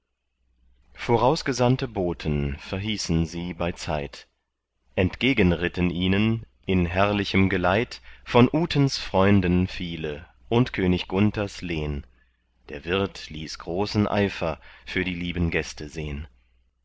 vorausgesandte boten verhießen sie bei zeit entgegen ritten ihnen in herrlichem geleit von utens freunden viele und könig gunthers lehn der wirt ließ großen eifer für die lieben gäste sehn